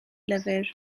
lyfr